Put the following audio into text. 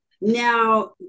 Now